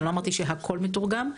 לא אמרתי שהכל מתורגם.